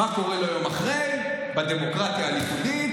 מה קורה לו יום אחרי בדמוקרטיה הליכודית?